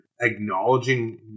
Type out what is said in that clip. acknowledging